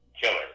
killer